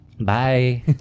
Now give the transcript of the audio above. Bye